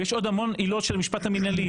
יש עוד המון עילות של המשפט המינהלי,